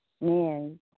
man